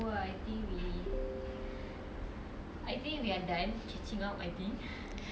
ya lor our food also I think should be coming right now a bit slow hor nevermind ah